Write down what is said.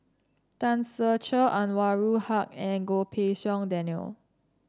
Tan Ser Cher Anwarul Haque and Goh Pei Siong Daniel